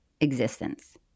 existence